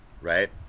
right